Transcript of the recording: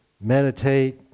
meditate